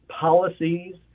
policies